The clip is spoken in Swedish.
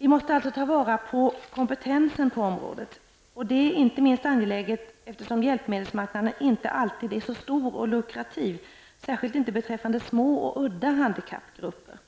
Vi måste alltså ta vara på kompetensen på området. Det är inte minst angeläget då hjälpmedelsmarknaden inte alltid är stor och lukrativ, särskilt inte beträffande små och udda handikappgrupper.